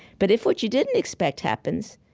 but if what you didn't expect happens,